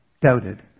doubted